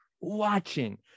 watching